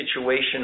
situation